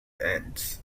ends